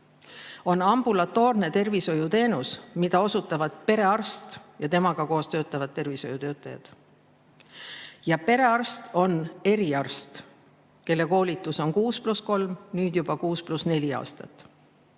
on ambulatoorne tervishoiuteenus, mida osutavad perearst ja temaga koos töötavad tervishoiutöötajad. Perearst on eriarst, kelle koolitus on 6 + 3, nüüd juba 6 + 4 aastat.